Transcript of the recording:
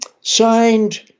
signed